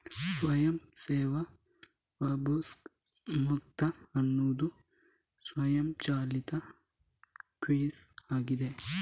ಸ್ವಯಂ ಸೇವಾ ಪಾಸ್ಬುಕ್ ಮುದ್ರಕ ಅನ್ನುದು ಸ್ವಯಂಚಾಲಿತ ಕಿಯೋಸ್ಕ್ ಆಗಿದೆ